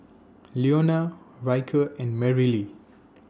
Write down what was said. Leona Ryker and Marylee